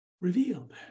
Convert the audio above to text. revealed